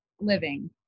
living